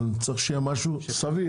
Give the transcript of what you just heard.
אבל צריך שיהיה משהו סביר.